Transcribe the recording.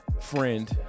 friend